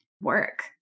work